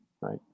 right